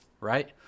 right